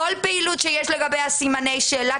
כל פעילות, שיש לגביה סימני שאלה.